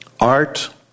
art